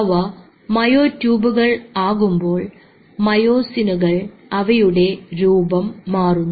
അവ മയോ ട്യൂബുകൾ ആകുമ്പോൾ മയോസിനുകൾ അവയുടെ രൂപം മാറുന്നു